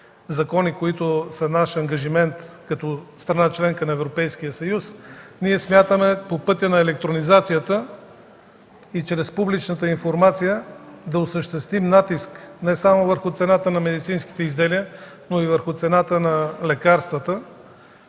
закони – те са наш ангажимент като страна – членка на Европейския съюз, смятаме по пътя на електронизацията и чрез публичната информация да осъществим натиск не само върху цената на медицинските изделия, но и върху цената на лекарствата